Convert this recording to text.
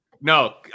No